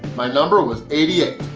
my number was eighty eight.